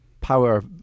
power